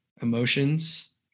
emotions